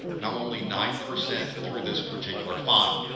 and i'm only nine percent through this particular file.